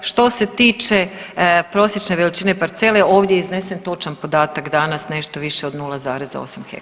Što se tiče prosječne veličine parcele ovdje je iznesen točan podatak danas nešto više od 0,8 hektara.